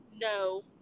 no